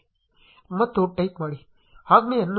ಮತ್ತು ಟೈಪ್ ಮಾಡಿ ಆಜ್ಞೆಯನ್ನು sudo pip install Twython